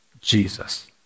Jesus